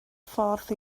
ffordd